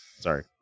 Sorry